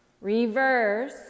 reverse